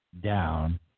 down